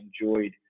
enjoyed